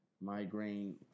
migraine